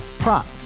Prop